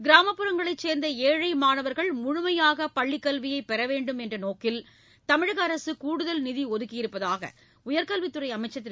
கிராமப்புறங்களைச் சேர்ந்த ஏழை மாணவர்கள் முழுமையாக பள்ளிக் கல்வியை பெற வேண்டும் என்ற நோக்கில் தமிழக அரசு கூடுதல் நிதி ஒதுக்கியிருப்பதாக உயர்கல்வித்துறை அமைச்சர் திரு